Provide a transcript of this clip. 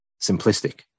simplistic